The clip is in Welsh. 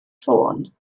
ffôn